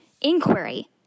inquiry